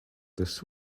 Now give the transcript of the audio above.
this